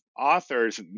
authors